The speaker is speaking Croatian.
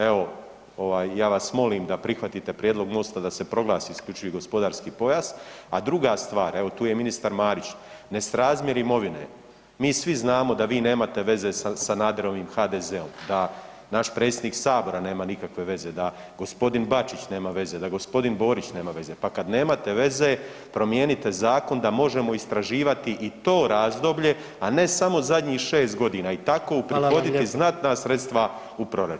Evo, ovaj ja vas molim da prihvatite prijedlog MOST-a da se proglasi isključivi gospodarski pojas, a druga stvar, evo tu je i ministar Marić, nesrazmjer imovine, mi svi znamo da vi nemate veze sa Sanaderovim HDZ-om da naš predsjednik sabora nema nikakve veze, da gospodin Bačić nema veze, da gospodin Borić nema veze, pa kad nemate veze promijenite zakon da možemo istraživati i to razdoblje, a ne samo zadnjih 6 godina i tako uprihoditi [[Upadica: Hvala lijepa.]] znatna sredstva u proračunu.